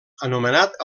anomenat